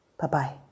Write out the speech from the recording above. Bye-bye